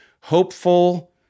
hopeful